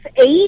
Eight